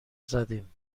زدیم